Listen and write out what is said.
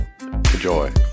Enjoy